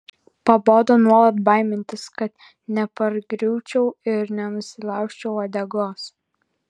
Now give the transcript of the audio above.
pabodo nuolat baimintis kad nepargriūčiau ir nenusilaužčiau uodegos